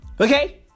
Okay